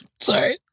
Sorry